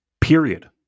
Period